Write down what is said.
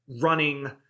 running